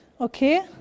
Okay